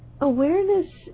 awareness